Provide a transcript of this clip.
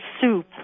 soup